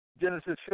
Genesis